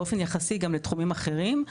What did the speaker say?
באופן יחסי גם לתחומים אחרים,